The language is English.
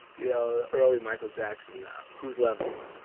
you know, early michael jackson um who's loving you?